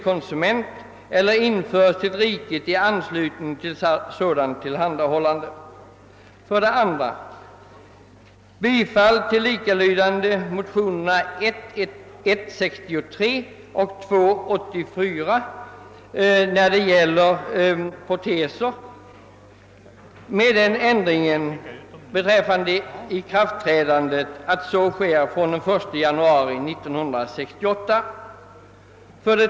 Jag skall inte gå närmare in på de övriga motionerna, utan jag ber, herr talman, att i övrigt få hänvisa till herr Larssons i Umeå närmare motiveringar.